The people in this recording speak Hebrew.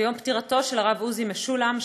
זהו יום פטירתו של הרב עוזי משולם,